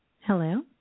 Hello